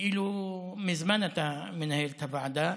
כאילו מזמן אתה מנהל את הוועדה.